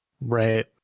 right